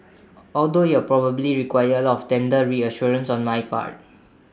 although IT will probably require A lot of tender reassurances on my part